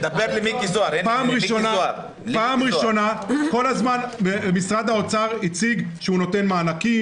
פעם ראשונה כל הזמן משרד האוצר הציג שהוא נותן מענקים,